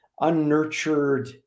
unnurtured